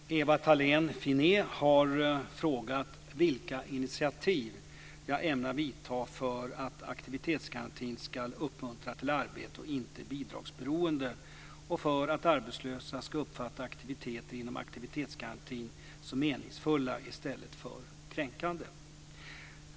Herr talman! Ewa Thalén Finné har frågat vilka initiativ jag ämnar vidta för att aktivitetsgarantin ska uppmuntra till arbete och inte bidragsberoende och för att arbetslösa ska uppfatta aktiviteter inom aktivitetsgarantin som meningsfulla i stället för kränkande.